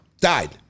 Died